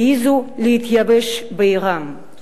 העזו להתייבש בעירם.